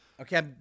Okay